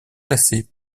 classé